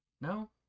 No